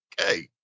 Okay